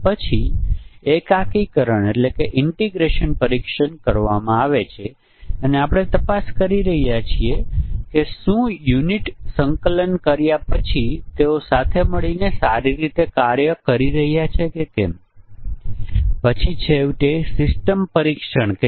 ઑપચારિક રૂપે સંયુક્ત પરીક્ષણમાં આપણી પાસે n ઇનપુટ્સ છે અને દરેક ઇનપુટ કેટલાક મૂલ્યો લઈ શકે છે કેટલાક માન્ય મૂલ્યો 3 કોઈ 2 લઈ શકે છે કેટલાક 5 સંભવિત મૂલ્યો લઈ શકે છે અને તેથી આપણે માની લઈએ છીએ કે સિસ્ટમ પાસે સ્ટેટ નથી